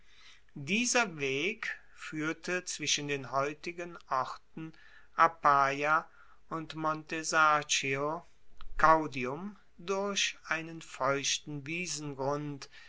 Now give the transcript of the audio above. dieser weg fuehrte zwischen den heutigen orten arpaja und montesarchio caudium durch einen feuchten wiesengrund